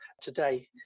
today